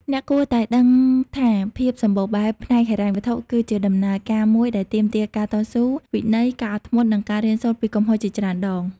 អ្នកគួរតែដឹងថាភាពសម្បូរបែបផ្នែកហិរញ្ញវត្ថុ គឺជាដំណើរការមួយដែលទាមទារការតស៊ូ វិន័យ ការអត់ធ្មត់ និងការរៀនសូត្រពីកំហុសជាច្រើនដង។